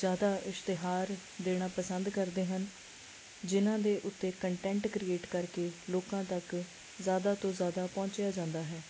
ਜ਼ਿਆਦਾ ਇਸ਼ਤਿਹਾਰ ਦੇਣਾ ਪਸੰਦ ਕਰਦੇ ਹਨ ਜਿਹਨਾਂ ਦੇ ਉੱਤੇ ਕੰਟੈਂਟ ਕ੍ਰੀਏਟ ਕਰਕੇ ਲੋਕਾਂ ਤੱਕ ਜ਼ਿਆਦਾ ਤੋਂ ਜ਼ਿਆਦਾ ਪਹੁੰਚਿਆ ਜਾਂਦਾ ਹੈ